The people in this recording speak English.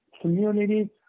community